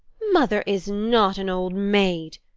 mother is not an old maid,